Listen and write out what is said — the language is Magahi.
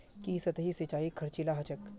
की सतही सिंचाई खर्चीला ह छेक